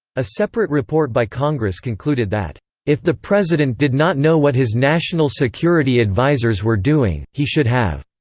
a separate report by congress concluded that if the president did not know what his national security advisers were doing, he should have.